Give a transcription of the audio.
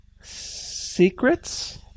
secrets